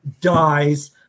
dies